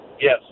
Yes